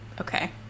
Okay